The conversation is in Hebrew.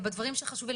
בדברים שחשובים,